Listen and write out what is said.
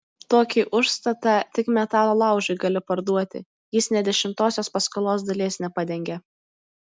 tokį užstatą tik metalo laužui gali parduoti jis nė dešimtosios paskolos dalies nepadengia